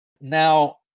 Now